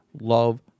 love